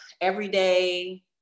everyday